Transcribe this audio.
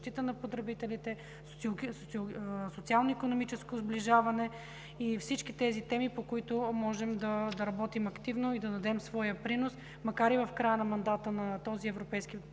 на потребителите, социалноикономическо сближаване и всички тези теми, по които можем да работим активно и да дадем своя принос, макар и в края на мандата на този Европейски